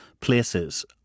places